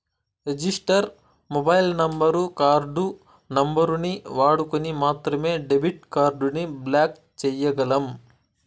register mobile నంబరు, card నంబరుని వాడుకొని మాత్రమే డెబిట్ కార్డుని బ్లాక్ చేయ్యగలం